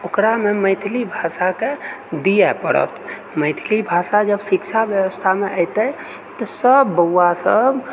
ओकरामे मैथिली भाषाके दिअऽ पड़त मैथिली भाषा जब शिक्षा व्यवस्थामे एतै तऽ सब बौवा सब